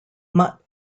mutt